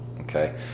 Okay